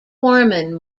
foreman